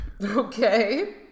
Okay